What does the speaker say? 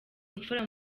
imfura